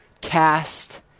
cast